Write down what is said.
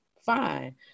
fine